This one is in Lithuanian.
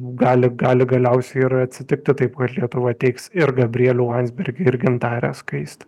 gali gali galiausiai ir atsitikti taip kad lietuva teiks ir gabrielių landsbergį ir gintarę skaistę